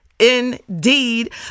Indeed